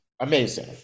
amazing